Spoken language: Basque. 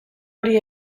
hori